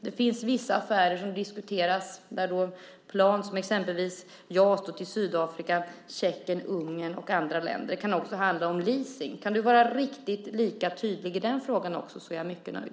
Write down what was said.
Det förekommer vissa diskussioner om exempelvis JAS till Sydafrika, Tjeckien, Ungern och andra länder. Det kan även handla om leasing. Om du kan vara lika tydlig också i den frågan är jag mycket nöjd.